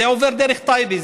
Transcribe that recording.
זה עובר דרך טייבה,